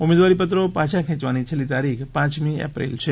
ઉમેદવારીપત્રો પાછા ખેંયવાની છેલ્લી તારીખ પાંચમી એપ્રિલ છે